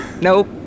Nope